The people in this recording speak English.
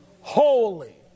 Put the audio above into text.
holy